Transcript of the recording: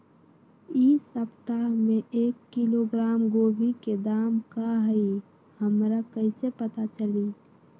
इ सप्ताह में एक किलोग्राम गोभी के दाम का हई हमरा कईसे पता चली?